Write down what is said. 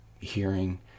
hearing